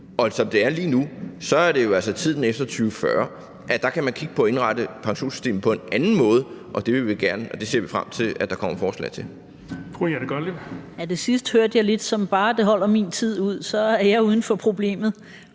Og som det er lige nu, er det jo altså tiden efter 2040, at man kan kigge på at indrette pensionssystemet på en anden måde, og det ser vi frem til der kommer forslag til.